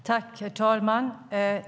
Herr talman!